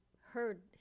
heard